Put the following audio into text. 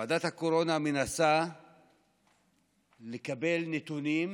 ועדת הקורונה מנסה לקבל נתונים,